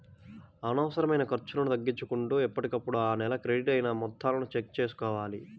అనవసరమైన ఖర్చులను తగ్గించుకుంటూ ఎప్పటికప్పుడు ఆ నెల క్రెడిట్ అయిన మొత్తాలను చెక్ చేసుకోవాలి